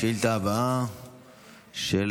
גם השאילתה הבאה היא של